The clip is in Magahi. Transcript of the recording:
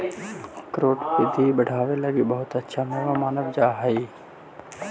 अखरोट बुद्धि बढ़ावे लगी बहुत अच्छा मेवा मानल जा हई